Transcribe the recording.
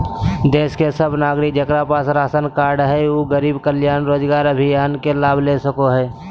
देश के सब नागरिक जेकरा पास राशन कार्ड हय उ गरीब कल्याण रोजगार अभियान के लाभ ले सको हय